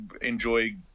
enjoy